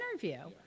interview